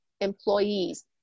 employees